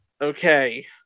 okay